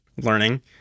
learning